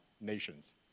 nations